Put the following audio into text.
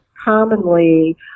commonly